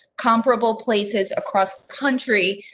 comparable places, across country,